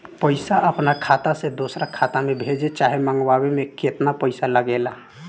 पैसा अपना खाता से दोसरा खाता मे भेजे चाहे मंगवावे में केतना पैसा लागेला?